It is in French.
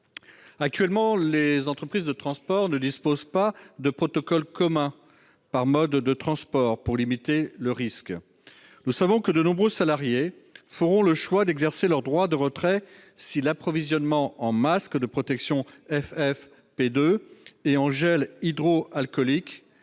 actuellement, les entreprises de transport ne disposent pas de protocoles communs par mode de transport pour limiter le risque. Dans ces conditions, nous savons que de nombreux salariés feront le choix d'exercer leur droit de retrait, si l'approvisionnement en masques de protection FFP2 et en gels hydroalcooliques